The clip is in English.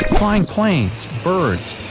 flying planes, birds.